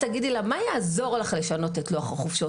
כששואלים אותה: מה יעזור לך לשנות את לוח החופשות?